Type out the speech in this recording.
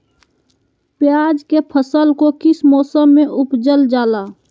प्याज के फसल को किस मौसम में उपजल जाला?